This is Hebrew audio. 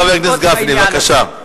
חבר הכנסת גפני, בבקשה.